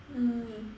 mm